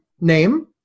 name